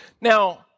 Now